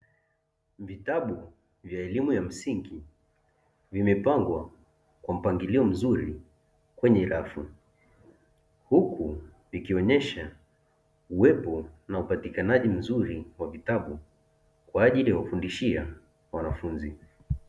Vitabu vya elimu ya msingi, vimepangwa kwa mpangilio mzuri kwenye rafu, huku ikionyesha uwepo na upatikanaji mzuri wa vitabu kwa ajili ya kufundishia wanafunzi.